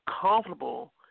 comfortable